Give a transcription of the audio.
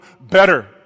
better